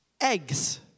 Eggs